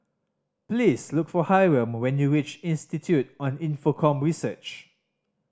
please look for Hyrum when you reach Institute on Infocomm Research